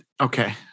Okay